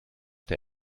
der